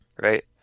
right